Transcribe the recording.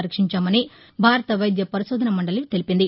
పరీక్షించామని భారత వైద్య పరిశోధన మండలి వెల్లదించింది